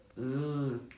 mmm